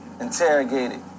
interrogated